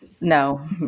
No